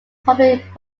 public